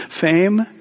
fame